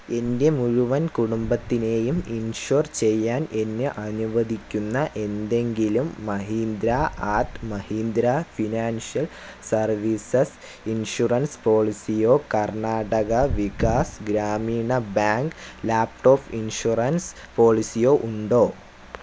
എൻ്റെ മുഴുവൻ കുടുംബത്തിനേയും ഇൻഷ്വർ ചെയ്യാൻ എന്നെ അനുവദിക്കുന്ന എന്തെങ്കിലും Mahindra and Mahindra financial services insurance പോളിസിയോ Karnataka Vikas Grameena bank laptop insurance പോളിസിയോ ഉണ്ടോ